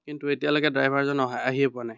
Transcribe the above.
কিন্তু এতিয়ালৈকে ড্ৰাইভাৰজন অহাই আহিয়ে পোৱা নাই